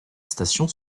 station